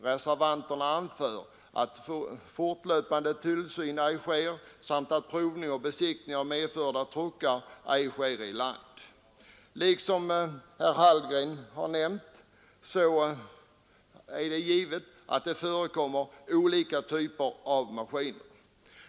Reservanten anför att fortlöpande tillsyn ej sker samt att provning och besiktning av medförda truckar ej sker i landet. Som herr Hallgren har nämnt förekommer det olika typer av maskiner.